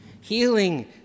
Healing